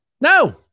No